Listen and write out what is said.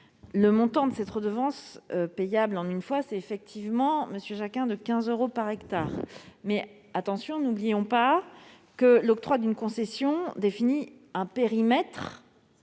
Le montant de cette redevance tréfoncière payable en une fois est effectivement, monsieur Jacquin, de 15 euros par hectare, mais- attention -n'oublions pas que l'octroi d'une concession définit un périmètre